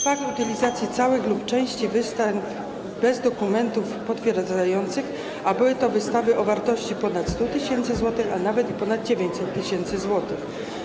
Fakt utylizacji całych lub części wystaw bez dokumentów potwierdzających, a były to wystawy o wartości ponad 100 tys. zł, a nawet ponad 900 tys. złotych.